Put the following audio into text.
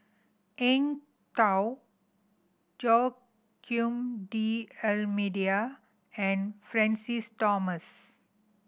Eng Tow Joaquim D'Almeida and Francis Thomas